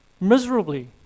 miserably